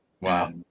Wow